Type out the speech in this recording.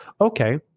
Okay